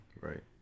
Right